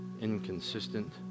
inconsistent